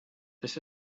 this